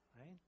right